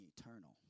eternal